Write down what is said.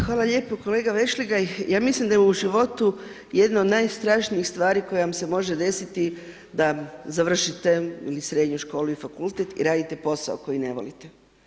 Hvala lijepo kolega Vešligaj, ja mislim da je u životu jedna od najstrašnijih stvari koje vam se može desiti da završite srednju školu i fakultet i radite posao koji ne volite.